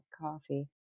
coffee